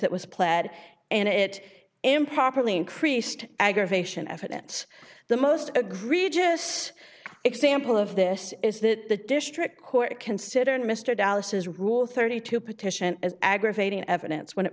that was plaid and it improperly increased aggravation evidence the most egregious example of this is that the district court considered mr dallas's rule thirty two petition aggravating evidence when it